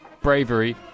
bravery